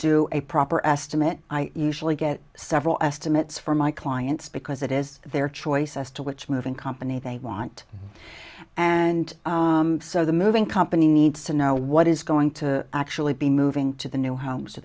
do a proper estimate i usually get several estimates from my clients because it is their choice as to which moving company they want and so the moving company needs to know what is going to actually be moving to the new home so